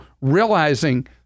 realizing